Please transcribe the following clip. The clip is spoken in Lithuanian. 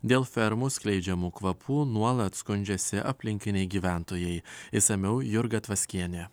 dėl fermų skleidžiamų kvapų nuolat skundžiasi aplinkiniai gyventojai išsamiau jurga tvaskienė